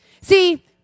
See